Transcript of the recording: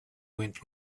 went